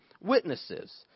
Witnesses